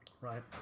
Right